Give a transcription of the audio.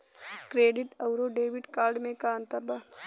Credit अउरो debit card मे का अन्तर बा?